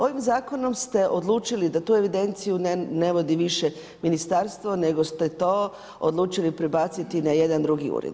Ovim zakonom ste odlučili da tu evidenciju ne vodi više ministarstvo nego ste to odlučili prebaciti na jedan drugi ured.